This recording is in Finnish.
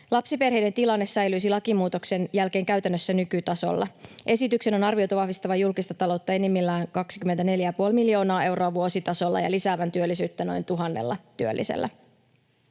Lapsiperheiden tilanne säilyisi lakimuutoksen jälkeen käytännössä nykytasolla. Esityksen on arvioitu vahvistavan julkista taloutta enimmillään 24,5 miljoonaa euroa vuositasolla ja lisäävän työllisyyttä noin tuhannella työllisellä.